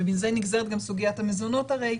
ומזה נגזרת גם סוגיית המזונות הרי.